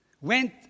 went